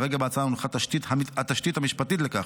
כרגע, בהצעה הונחה התשתית המשפטית לכך.